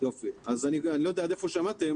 הבריאות ויגדיר,